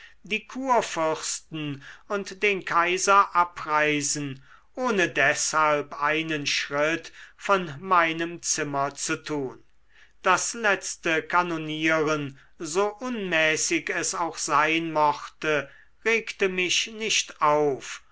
die kurfürsten und den kaiser abreisen ohne deshalb einen schritt von meinem zimmer zu tun das letzte kanonieren so unmäßig es auch sein mochte regte mich nicht auf